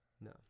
no